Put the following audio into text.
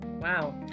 Wow